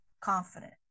confident